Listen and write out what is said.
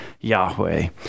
Yahweh